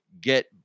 get